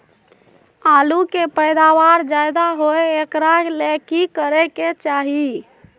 आलु के पैदावार ज्यादा होय एकरा ले की करे के चाही?